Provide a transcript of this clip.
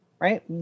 right